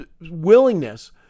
willingness